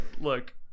look